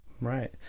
Right